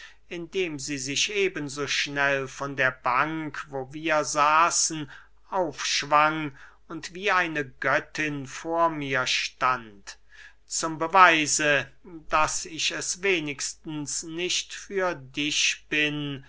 indem sie sich eben so schnell von der bank wo wir saßen aufschwang und wie eine göttin vor mir stand zum beweise daß ich es wenigstens nicht für dich bin